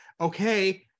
okay